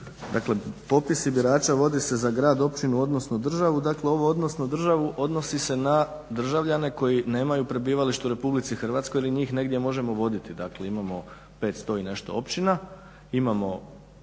dakle popisi birača vode se za grad, općinu, odnosno državu. Dakle, ovo odnosno državu odnosi se na državljane koji nemaju prebivalište u Republici Hrvatskoj jer i njih možemo negdje voditi. Dakle, imamo 500 i nešto općina,